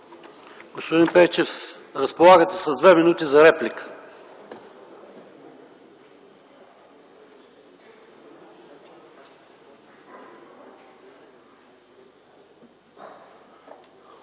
Господин Пейчев, разполагате с две минути за реплика.